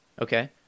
Okay